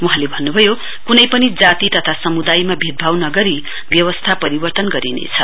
वहाँले भन्नुभयो कुनै पनि जाति तथा समुदायमा भेदभाव नगरी व्यवस्था परिवर्तन गरिनेछ